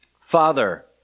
Father